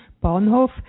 Bahnhof